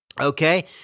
okay